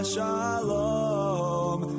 Shalom